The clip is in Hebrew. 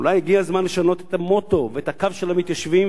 אולי הגיע הזמן לשנות את המוטו ואת הקו של המתיישבים,